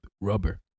rubber